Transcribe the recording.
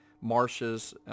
marshes